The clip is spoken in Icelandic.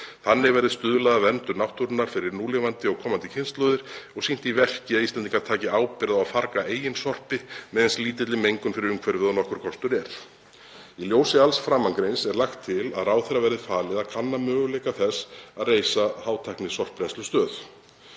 Þannig verði stuðlað að verndun náttúrunnar fyrir núlifandi og komandi kynslóðir og sýnt í verki að Íslendingar taki ábyrgð á að farga eigin sorpi með eins lítilli mengun fyrir umhverfið og nokkur kostur er. Í ljósi alls framangreinds er lagt til að ráðherra verði falið að kanna möguleika þess að reisa hátæknisorpbrennslustöð.